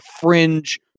fringe-